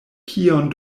kion